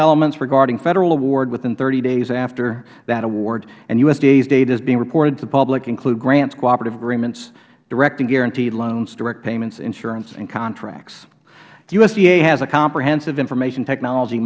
elements regarding federal award within thirty days after that award and usda data being reported to the public includes grants cooperative agreements direct and guaranteed loans direct payments insurance and contracts usda has a comprehensive information technology